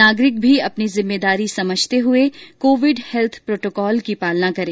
नागरिक भी अपनी जिम्मेदारी समझते हुए कोविड हैत्थ प्रोटोकॉल की पालना करें